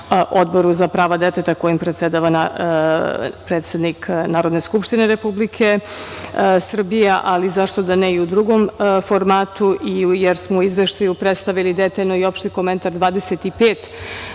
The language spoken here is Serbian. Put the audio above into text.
Odboru za prava deteta kojim predsedava predsednik Narodne skupštine Republike Srbije, ali zašto da ne i u drugom formatu, jer smo u izveštaju predstavili detaljno i opšti komentar 25